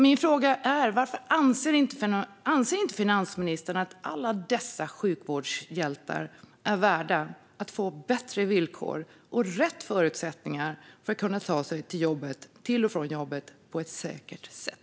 Min fråga är: Anser inte finansministern att alla dessa sjukvårdshjältar är värda att få bättre villkor och rätt förutsättningar för att ta sig till och från jobbet på ett säkert sätt?